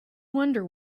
wonder